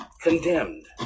condemned